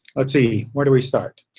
let's see, where do we start?